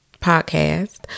podcast